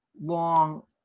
long